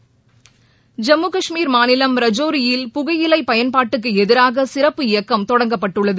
ஐம்மு கஷ்மீர் மாநிலம் ரஜோரியில் புகையிலை பயன்பாட்டுக்கு எதிராக சிறப்பு இயக்கம் தொடங்கப்பட்டுள்ளது